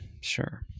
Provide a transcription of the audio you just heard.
sure